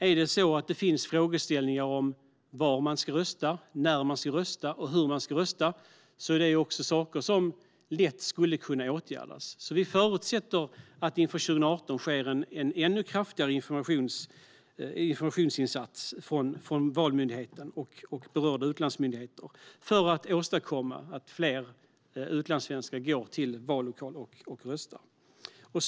Finns det frågeställningar om var man ska rösta, när man ska rösta och hur man ska rösta är det saker som lätt skulle kunna åtgärdas. Vi förutsätter att det inför 2018 sker en ännu kraftigare informationsinsats från Valmyndigheten och berörda utlandsmyndigheter för att åstadkomma att fler utlandssvenskar går till vallokalen och röstar.